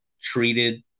treated